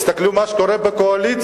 תסתכלו על מה שקורה בקואליציה.